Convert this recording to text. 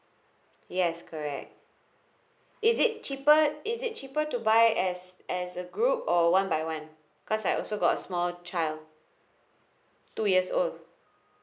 yes correct is it cheaper is it cheaper to buy as as a group or one by one cause I also got a small child two years old